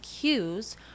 cues